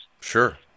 Sure